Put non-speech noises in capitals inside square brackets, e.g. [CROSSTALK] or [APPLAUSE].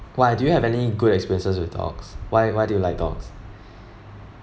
why do you have any good experiences with dogs why why do you like dogs [BREATH]